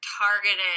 targeted